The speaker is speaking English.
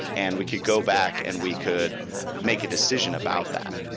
and we could go back and we could make a decision about that.